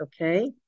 okay